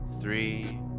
three